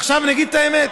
עכשיו, אני אגיד את האמת,